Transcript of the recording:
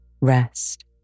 rest